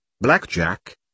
Blackjack